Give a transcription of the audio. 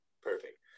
Perfect